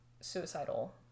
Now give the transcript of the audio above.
suicidal